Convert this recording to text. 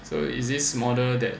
so is this model that